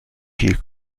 viel